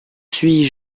suis